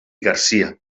garcia